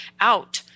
out